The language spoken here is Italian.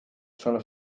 sono